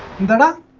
and